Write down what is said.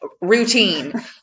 routine